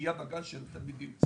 השהייה בגן של התלמידים,